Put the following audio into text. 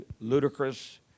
ludicrous